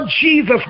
Jesus